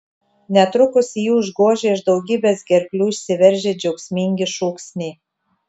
netrukus jį užgožė iš daugybės gerklių išsiveržę džiaugsmingi šūksniai